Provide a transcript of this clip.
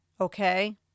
okay